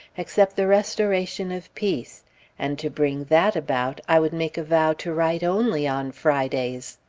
except the restoration of peace and to bring that about, i would make a vow to write only on fridays.